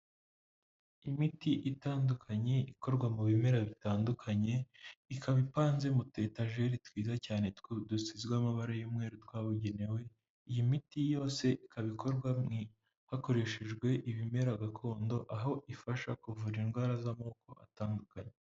Imiti itandukanye ikorwa mu bimera bitandukanye, ikaba ipanze mu tu etajeri twiza cyane two dusizwe amabara y'umweru twabugenewe, iyi miti yose ikaba ikorwa hakoreshejwe ibimera gakondo, aho ifasha kuvura indwara z'amoko atandukanye.